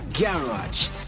Garage